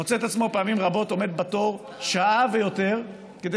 מוצא את עצמו פעמים רבות עומד בתור שעה ויותר כדי